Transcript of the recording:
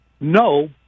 no –